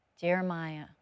Jeremiah